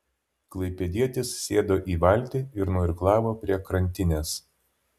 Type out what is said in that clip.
klaipėdietis sėdo į valtį ir nuirklavo prie krantinės